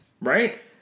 right